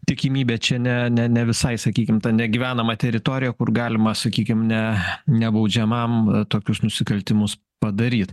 tikimybė čia ne ne ne visai sakykim ta negyvenama teritorija kur galima sakykim ne nebaudžiamam tokius nusikaltimus padaryt